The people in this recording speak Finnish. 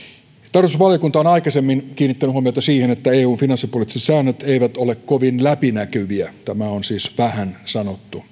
tarkastusvaliokunta on aikaisemmin kiinnittänyt huomiota siihen että eun finanssipoliittiset säännöt eivät ole kovin läpinäkyviä tämä on siis vähän sanottu